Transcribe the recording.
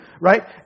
right